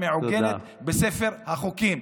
שמעוגנת בספר החוקים.